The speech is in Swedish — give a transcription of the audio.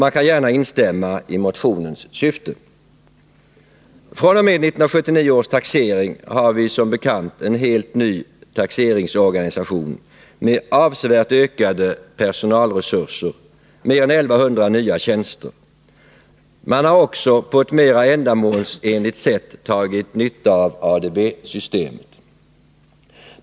Man kan gärna instämma i motionens syfte. fr.o.m. 1979 års taxering har vi som bekant en helt ny taxeringsorganisation med avsevärt ökade personalresurser — mer än 1 100 nya tjänster. Man har också på ett mera ändamålsenligt sätt dragit nytta av ADB-systemet.